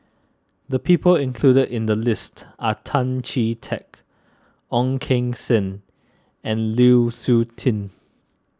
the people included in the list are Tan Chee Teck Ong Keng Sen and Lu Suitin